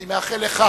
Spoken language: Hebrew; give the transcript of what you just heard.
אני מאחל לך